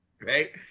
Right